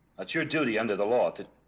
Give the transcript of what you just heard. that's your duty under the law to